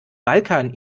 balkan